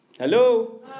Hello